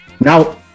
now